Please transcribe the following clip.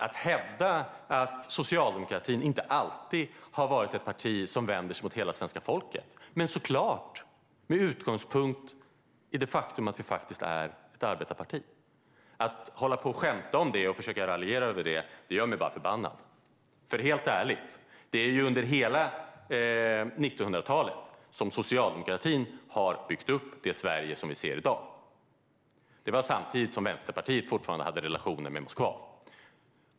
Att hävda att socialdemokratin inte alltid har varit ett parti som vänder sig till hela det svenska folket, såklart med utgångspunkt i det faktum att vi är ett arbetarparti, och att hålla på att skämta om och försöka raljera över det gör mig bara förbannad. Helt ärligt: Under hela 1900-talet har socialdemokratin byggt upp det Sverige som vi ser i dag. Det var samtidigt som Vänsterpartiet fortfarande hade relationer med Moskva.